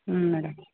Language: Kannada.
ಹ್ಞೂ ಮೇಡಮ್